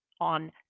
On